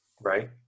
Right